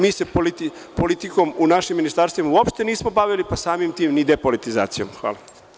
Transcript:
Mi se politikom u našim ministarstvima uopšte nismo bavili, pa samim tim ni depolitizacijom Hvala.